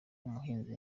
umuhinzi